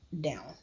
down